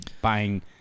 buying